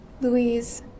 Louise